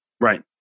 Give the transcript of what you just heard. Right